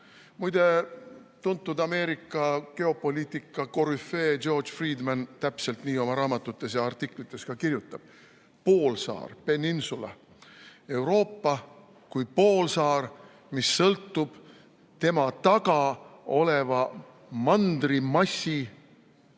Muide, tuntud Ameerika geopoliitika korüfee George Friedman täpselt nii oma raamatutes ja artiklites ka kirjutab: poolsaar, peninsula. Euroopa kui poolsaar, mis sõltub tema taga oleva mandrimassi